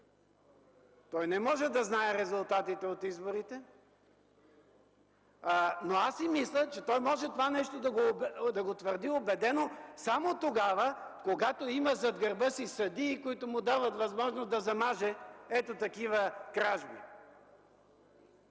Той не може да знае резултатите от изборите. Аз си мисля, че може това нещо да го твърди убедено само тогава, когато има зад гърба си съдии, които му дават възможност да замаже ето такива кражби.